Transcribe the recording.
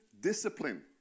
discipline